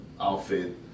outfit